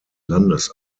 landes